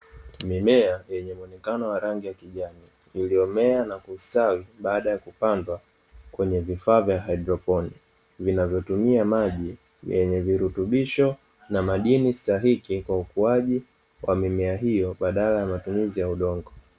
Mimea yenye muonekano wa rangi ya kijani iliyomea na kustawi baada ya kupandwa kwenye vifaa vya haidroponi vinavyotumia maji yenye virutubisho na madini stahiki kwa ukuaji wa mimea hiyo badala ya matumizi ya udongo.